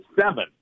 seven